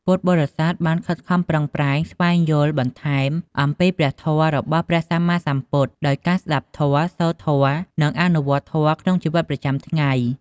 ពុទ្ធបរិស័ទបានខិតខំប្រឹងប្រែងស្វែងយល់បន្ថែមអំពីព្រះធម៌របស់ព្រះសម្មាសម្ពុទ្ធ ដោយការស្តាប់ធម៌ សូត្រធម៌ និងអនុវត្តធម៌ក្នុងជីវិតប្រចាំថ្ងៃ។